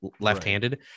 left-handed